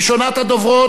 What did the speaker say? ראשונת הדוברות,